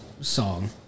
song